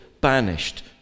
banished